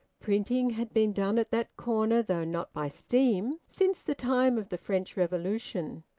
printing had been done at that corner, though not by steam since the time of the french revolution.